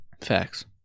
Facts